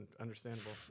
understandable